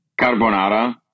Carbonara